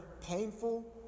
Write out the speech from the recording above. painful